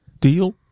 deal